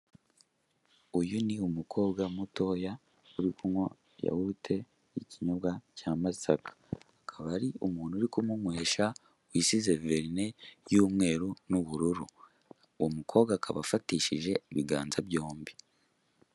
Uyu ni umukobwa mutoya uri kunywa yahurute ikinyobwa cya Masaka, akaba ari umuntu uri kumunywesha wisize verine y'umweru n'ubururu, uwo mukobwa akaba afatishije ibiganza byombi.